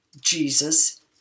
Jesus